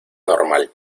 normal